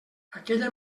aquella